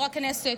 יו"ר הכנסת,